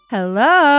Hello